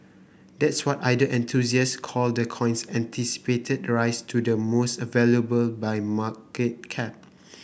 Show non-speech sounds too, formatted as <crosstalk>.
that's what ether enthusiasts call the coin's anticipated rise to the most <hesitation> valuable by market cap